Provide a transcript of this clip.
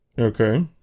Okay